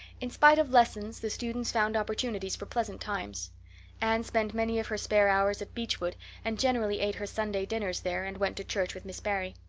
in spite of lessons the students found opportunities for pleasant times anne spent many of her spare hours at beechwood and generally ate her sunday dinners there and went to church with miss barry.